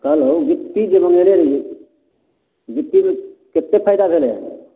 कहलहुँ गिट्टी जे मँगेने रहिए गिट्टीमे कतेक फायदा भेलै